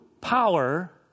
power